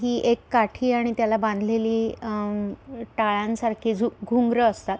ही एक काठी आणि त्याला बांधलेली टाळांसारखे झु घुंगरं असतात